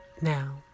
Now